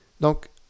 Donc